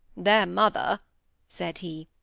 their mother said he,